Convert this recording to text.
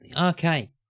okay